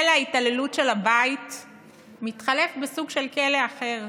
כלא ההתעללות של הבית מתחלף בסוג של כלא אחר,